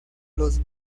los